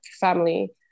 family